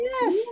Yes